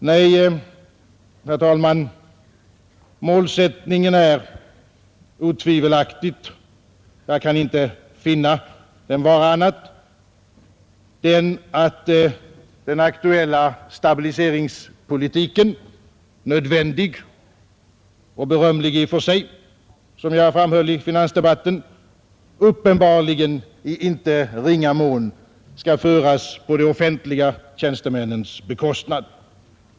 Nej, målsättningen är otvivelaktigt den — jag kan inte finna det vara annat — att den aktuella stabiliseringspolitiken, nödvändig och berömlig i och för sig, som jag framhöll i finansdebatten, uppenbarligen i inte ringa mån skall föras på de offentliga tjänstemännens bekostnad.